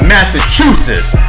Massachusetts